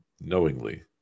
knowingly